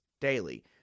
daily